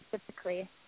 specifically